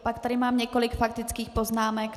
Pak tady mám několik faktických poznámek.